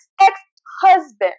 Ex-husband